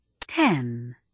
Ten